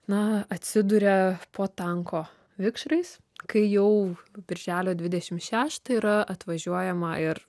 na atsiduria po tanko vikšrais kai jau birželio dvidešim šeštą yra atvažiuojama ir